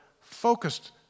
focused